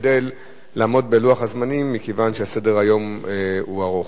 להשתדל לעמוד בלוח הזמנים, מכיוון שסדר-היום ארוך.